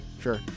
Sure